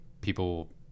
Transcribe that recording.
people